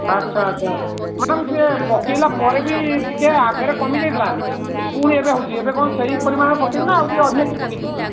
ଆଚ୍ଛା ଆଚ୍ଛା ମ୍ୟାଡ଼ାମ୍ ସେ ପକେଇଲା ପରେ ବି ଟିକେ ଆଗରେ କମିଯାଇଥିଲା ପୁଣି ଏବେ ହେଉଛି କ'ଣ ସେଇ ପରିମାଣରେ ପକେଇବି ନା ଅଧିକା ଟି ପକେଇଦେବି